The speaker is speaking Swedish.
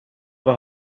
vad